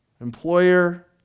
Employer